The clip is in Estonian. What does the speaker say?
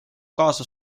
kaasa